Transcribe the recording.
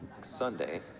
Sunday